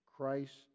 Christ